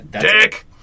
Dick